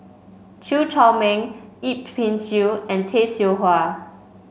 Chew Chor Meng Yip Pin Xiu and Tay Seow Huah